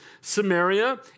Samaria